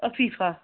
اَفیٖفا